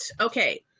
Okay